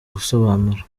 gusobanura